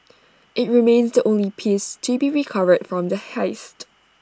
IT remains the only piece to be recovered from the heist